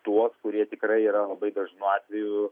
tuos kurie tikrai yra labai dažnu atveju